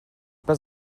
pas